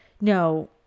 No